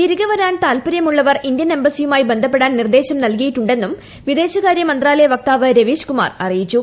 തിരികെ വരാൻ താൽപ്പര്യമുള്ളവർ ഇന്ത്യൻ എംബ്സിയുമായി ബന്ധപ്പെടാൻ നിർദ്ദേശം നൽകിയിട്ടുണ്ടെന്നും വിദേശകാര്യ മന്ത്രാലയ വക്താവ് ്രവീഷ് കുമാർ അറിയിച്ചു